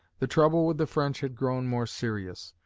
the trouble with the french had grown more serious.